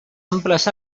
amples